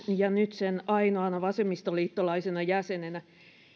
ja nyt sen ainoana vasemmistoliittolaisena jäsenenä